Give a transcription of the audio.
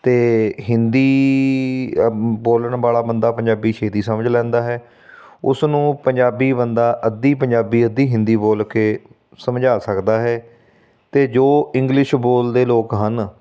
ਅਤੇ ਹਿੰਦੀ ਬੋਲਣ ਵਾਲਾ ਬੰਦਾ ਪੰਜਾਬੀ ਛੇਤੀ ਸਮਝ ਲੈਂਦਾ ਹੈ ਉਸ ਨੂੰ ਪੰਜਾਬੀ ਬੰਦਾ ਅੱਧੀ ਪੰਜਾਬੀ ਅੱਧੀ ਹਿੰਦੀ ਬੋਲ ਕੇ ਸਮਝਾ ਸਕਦਾ ਹੈ ਅਤੇ ਜੋ ਇੰਗਲਿਸ਼ ਬੋਲਦੇ ਲੋਕ ਹਨ